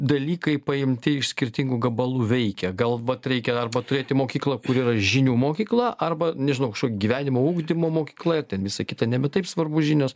dalykai paimti iš skirtingų gabalų veikia gal vat reikia arba turėti mokyklą kur yra žinių mokykla arba nežinau kažkokį gyvenimo ugdymo mokykla ten visa kita nebe taip svarbu žinios